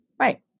Right